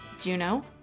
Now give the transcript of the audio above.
Juno